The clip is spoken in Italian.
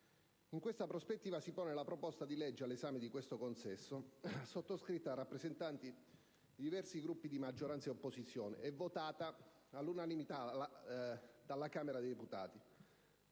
In questa prospettiva si pone la proposta di legge all'esame di questo consesso, sottoscritta da rappresentanti di diversi Gruppi di maggioranza e opposizione, e votata all'unanimità dalla Camera dei deputati